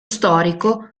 storico